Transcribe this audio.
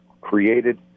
created